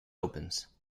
opens